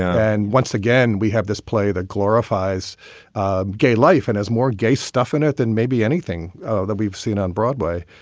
and once again, we have this play that glorifies ah gay life and as more gay stuff in it than maybe anything that we've seen on broadway.